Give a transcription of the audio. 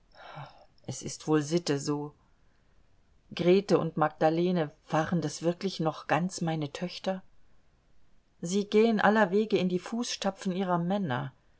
es ist wohl sitte so grete und magdalene waren das wirklich noch ganz meine töchter sie gehen allerwege in die fußstapfen ihrer männer